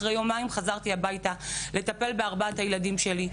אחרי יומיים חזרתי הביתה, לטפל בארבעת הילדים שלי.